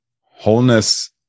wholeness